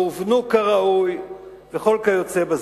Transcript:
לא הובנו כראוי וכיוצא בזה.